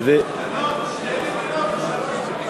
אולי הוא רוצה להציע שתי מדינות לשני עמים.